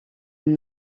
than